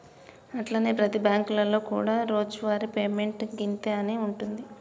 అట్లనే ప్రతి బ్యాంకులలో కూడా రోజువారి పేమెంట్ గింతే అని ఉంటుంది